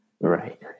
right